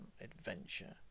adventure